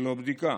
ללא בדיקה,